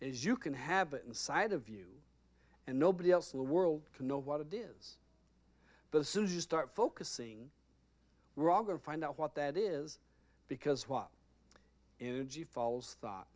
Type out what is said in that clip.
is you can have it inside of you and nobody else in the world can know what it is but as soon as you start focusing we're all going to find out what that is because what energy falls thought